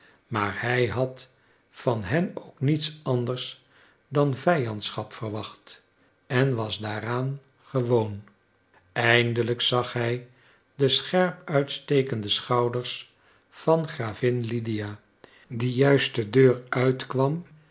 maar hij had van hen ook niets anders dan vijandschap verwacht en was daaraan gewoon eindelijk zag hij de scherp uitstekende schouders van gravin lydia die juist de deur uitkwam